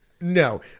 No